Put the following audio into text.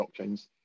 blockchains